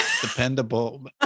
Dependable